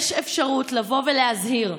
יש אפשרות לבוא ולהזהיר,